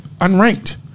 unranked